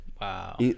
Wow